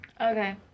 Okay